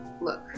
look